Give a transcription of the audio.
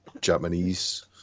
Japanese